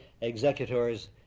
executors